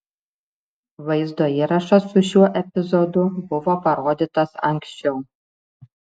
vaizdo įrašas su šiuo epizodu buvo parodytas anksčiau